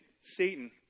Satan